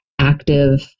active